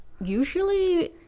Usually